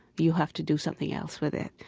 you have to do something else with it.